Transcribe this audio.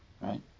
right